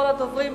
ואחרון הדוברים,